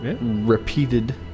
repeated